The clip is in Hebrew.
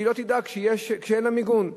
שהיא לא תדאג כשאין לה מיגון.